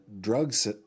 drugs